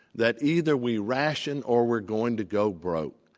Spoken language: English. that either we ration or we're going to go broke.